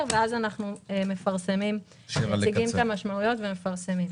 ואז אנחנו מציגים את המשמעויות ומפרסמים.